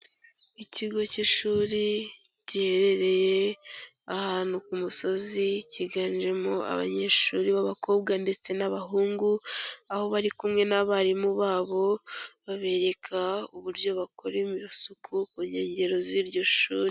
Ikigo cy'ishuri giherereye ahantu ku musozi, cyiganjemo abanyeshuri b'abakobwa ndetse n'abahungu, aho bari kumwe n'abarimu babo, babereka uburyo bakoramo isuku ku nkengero z'iryo shuri.